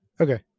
Okay